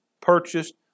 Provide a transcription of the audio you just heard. purchased